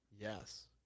Yes